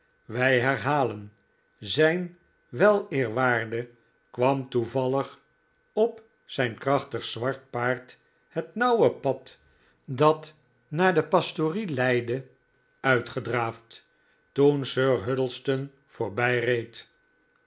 wij herhalen zijn weleerwaarde kwam toevallig op zijn krachtig zwart paard het nauwe pad dat naar de pastorie leidde uitgedraafd toen